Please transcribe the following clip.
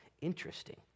Interesting